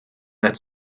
that